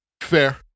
Fair